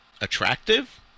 attractive